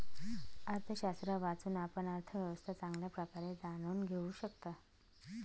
अर्थशास्त्र वाचून, आपण अर्थव्यवस्था चांगल्या प्रकारे जाणून घेऊ शकता